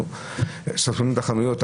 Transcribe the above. לנו שורפים את החנויות,